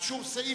מי נגד?